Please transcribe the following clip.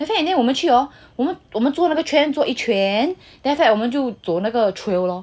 and then in the end 我们去 hor 我们我们坐那个 tram 做一圈 then after that 我们就走那个 trail lor